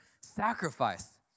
sacrifice